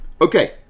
okay